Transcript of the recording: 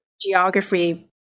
geography